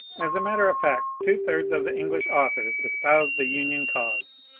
as a matter of fact, two thirds of the english authors espoused the union cause,